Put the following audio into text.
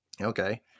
Okay